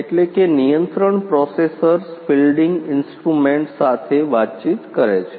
એટલે કે નિયંત્રણ પ્રોસેસર્સ ફિલ્ડિંગ ઇન્સ્ટ્રુમેન્ટ્સ સાથે વાતચીત કરે છે